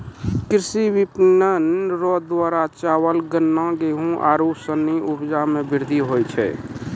कृषि विपणन रो द्वारा चावल, गन्ना, गेहू आरू सनी उपजा मे वृद्धि हुवै छै